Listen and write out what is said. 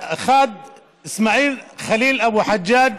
איסמעיל חליל אבו חג'ג',